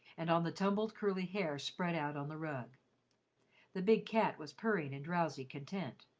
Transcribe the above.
and on the tumbled, curly hair spread out on the rug the big cat was purring in drowsy content,